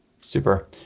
super